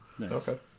okay